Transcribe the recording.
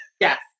Yes